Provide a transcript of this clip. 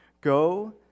go